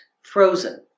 frozen